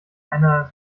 eine